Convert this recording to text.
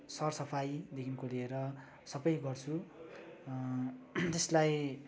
सरसफाइदेखिको लिएर सबै गर्छु त्यसलाई